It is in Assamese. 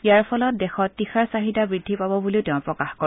ইয়াৰ ফলত দেশত তীখাৰ চাহিদা বুদ্ধি পাব বুলিও তেওঁ প্ৰকাশ কৰে